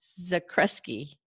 Zakreski